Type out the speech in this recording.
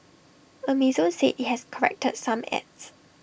Amazon said IT has corrected some ads